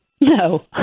No